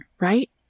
right